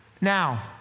now